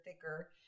thicker